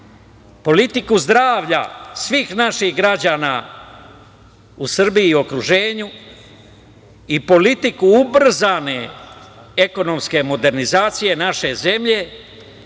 politiku zdravlja svih naših građana u Srbiji i okruženju i politiku ubrzane ekonomske modernizacije naše zemlje,